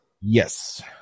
Yes